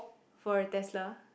for a Tesla